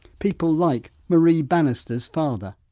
people like marie bannister's father.